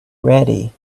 ready